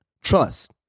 Trust